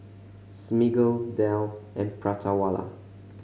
Smiggle Dell and Prata Wala